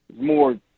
more